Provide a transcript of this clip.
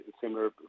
similar